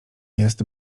jest